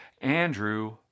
Andrew